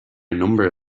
number